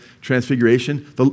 transfiguration